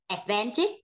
advantage